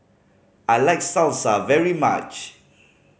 I like Salsa very much